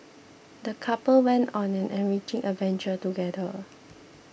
the couple went on an enriching adventure together